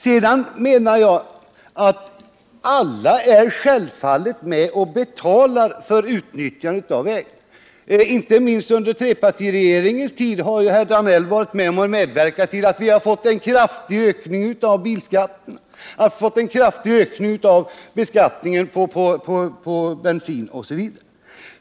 Sedan vill jag understryka att alla självfallet är med om att betala för utnyttjandet av vägar. Inte minst under trepartiregeringens tid har ju herr Danell varit med om att medverka till att vi har fått en kraftig ökning av - bilskatten, att vi har fått en kraftig ökning av beskattningen av bensin osv.